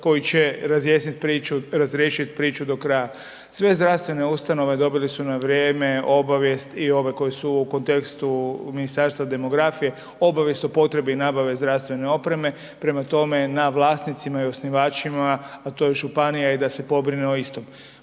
koji će razriješit priču do kraja. Sve zdravstvene ustanove dobile su na vrijeme obavijest i ove koje su u kontekstu Ministarstva demografije, obavijest o potrebi nabave zdravstvene opreme, prema tome na vlasnicima je i osnivačima, a to je županija je da se pobrine o istom.